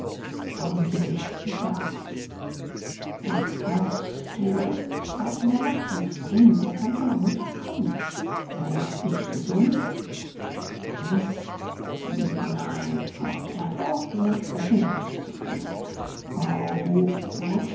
schonen sie sich riet der arzt ist bruchs tele gleich in der nacht und dringend er kann schon um mittag kommen werde ich gesund gewiß n ein hauchte er doch nur sprechen sie nicht zuviel frau